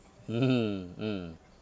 mm hmm mm mm